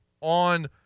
on